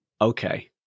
Okay